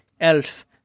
Elf